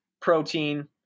protein